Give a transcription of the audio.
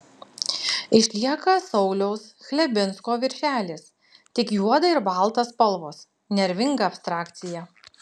išlieka sauliaus chlebinsko viršelis tik juoda ir balta spalvos nervinga abstrakcija